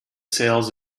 sales